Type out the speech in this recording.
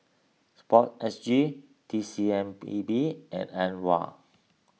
Sport S G T C M P B and Aware